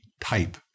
type